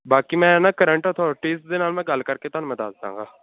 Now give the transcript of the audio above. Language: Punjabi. ਬਾਕੀ ਮੈਂ ਨਾ ਕਰੰਟ ਅਥੋਰਟੀਜ਼ ਦੇ ਨਾਲ ਮੈਂ ਗੱਲ ਕਰਕੇ ਤੁਹਾਨੂੰ ਮੈਂ ਦੱਸ ਦੇਵਾਂਗਾ